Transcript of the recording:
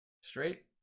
straight